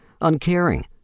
uncaring